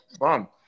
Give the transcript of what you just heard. mom